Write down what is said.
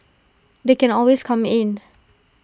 they can always come in